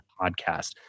podcast